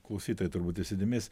klausytojai turbūt įsidėmės